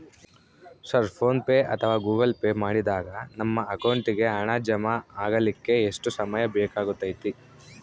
Sir PhonePe ಅಥವಾ Google Pay ಮಾಡಿದಾಗ ನಮ್ಮ ಅಕೌಂಟಿಗೆ ಹಣ ಜಮಾ ಆಗಲಿಕ್ಕೆ ಎಷ್ಟು ಸಮಯ ಬೇಕಾಗತೈತಿ?